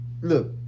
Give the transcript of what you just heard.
Look